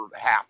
half